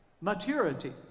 Maturity